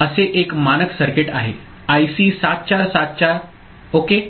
असे एक मानक सर्किट आहे आयसी 7474 ओके